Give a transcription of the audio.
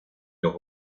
los